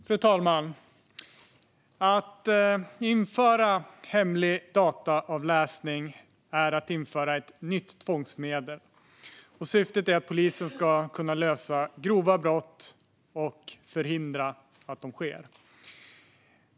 Fru talman! Att införa hemlig dataavläsning är att införa ett nytt tvångsmedel. Syftet är att polisen ska kunna lösa grova brott liksom att förhindra att de sker.